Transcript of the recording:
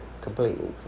completely